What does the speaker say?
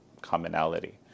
commonality